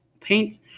paint